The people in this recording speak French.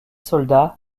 soldats